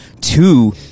Two